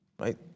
right